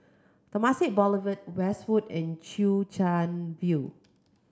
Temasek Boulevard Westwood and Chwee Chian View